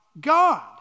God